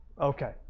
Okay